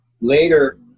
later